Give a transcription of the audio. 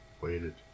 waited